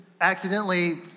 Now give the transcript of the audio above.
accidentally